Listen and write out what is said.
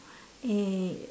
eh